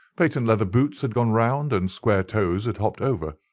patent-leather boots had gone round, and square-toes had hopped over.